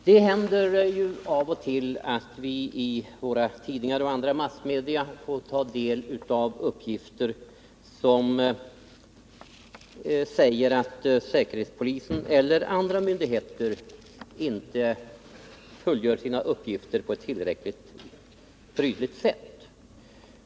Herr talman! Det händer ju av och till att vi i våra tidningar och i andra massmedia får ta del av uppgifter om att säkerhetspolisen eller andra myndigheter inte fullgör sina åligganden på ett tillräckligt prydligt sätt.